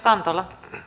arvoisa puhemies